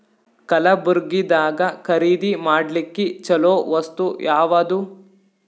ಕಲಬುರ್ಗಿದಾಗ ಖರೀದಿ ಮಾಡ್ಲಿಕ್ಕಿ ಚಲೋ ವಸ್ತು ಯಾವಾದು?